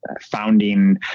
founding